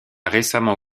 récemment